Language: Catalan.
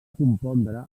compondre